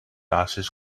ashes